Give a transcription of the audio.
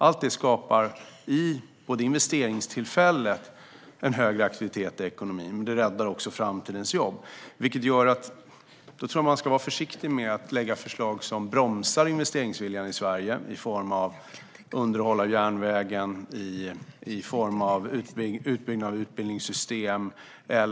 Allt detta skapar en högre aktivitet i ekonomin, i investeringstillfällen och räddar också framtidens jobb. Då tror jag att man ska vara försiktig med att lägga fram förslag som bromsar investeringsviljan i Sverige i form av underhåll av järnvägen eller utbyggnad av utbildningssystemen.